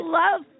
love